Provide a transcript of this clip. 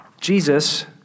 Jesus